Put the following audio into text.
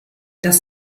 das